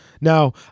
Now